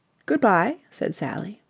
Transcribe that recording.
good-bye, said sally.